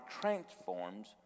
transforms